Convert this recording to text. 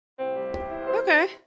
Okay